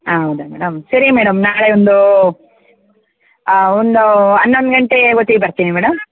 ಹೌದಾ ಮೇಡಮ್ ಸರಿ ಮೇಡಮ್ ನಾಳೆ ಒಂದು ಒಂದು ಹನ್ನೊಂದು ಗಂಟೆ ಹೊತ್ತಿಗೆ ಬರ್ತೀನಿ ಮೇಡಮ್